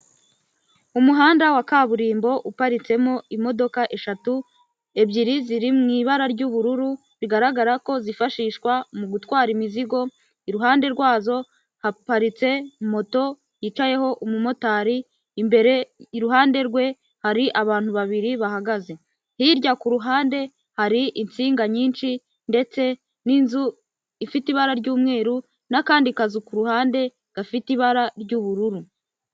Umuhanda wa kaburimbo uparitsemo imodoka eshatu, ebyiri ziriwi ibara ry'ubururu bigaragara ko zifashishwa mu gutwara imizigo, iruhande rwazo haparitse moto yicayeho umumotari, imbere iruhande rwe hari abantu babiri bahagaze, hirya ku ruhande hari insinga nyinshi ndetse n'inzu ifite ibara ry'umweru n'akandi kazu ku ruhande gafite ibara ry'ubururu.